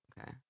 Okay